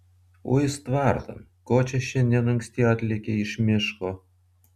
uis tvartan ko čia šiandien anksti atlėkei iš miško